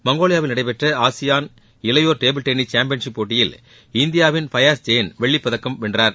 மங்கோலியாவில் நடைபெற்ற ஆசியான் இளையோர் table tennis championship போட்டியில் இந்தியாவின் பயாஸ் ஜெயின் வெள்ளிப் பதக்கம் வென்றார்